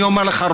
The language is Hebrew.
אני אומר לך,